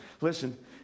listen